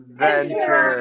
venture